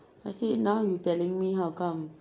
I see now you telling me how come